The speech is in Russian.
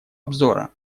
обзора